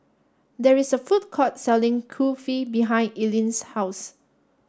there is a food court selling Kulfi behind Eileen's house